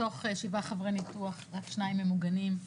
מתוך שבעה חדרי ניתוח רק שניים הם מוגנים.